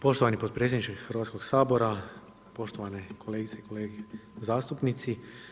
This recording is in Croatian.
Poštovani potpredsjedniče Hrvatskog sabora, poštovane kolegice i kolege zastupnici.